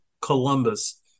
Columbus